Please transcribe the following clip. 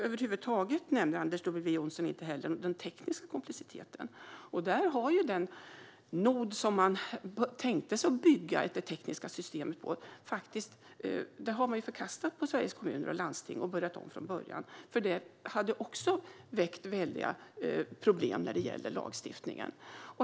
Anders W Jonsson nämner över huvud taget inte den tekniska komplexiteten. Sveriges Kommuner och Landsting har förkastat den nod som man tänkte sig att bygga det tekniska systemet på och börjat om från början, för den noden hade skapat väldiga problem när det gäller lagstiftningen.